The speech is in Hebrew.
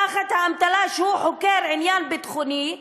באמתלה שהוא חוקר עניין ביטחוני,